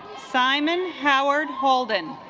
simon howard holden